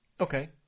Okay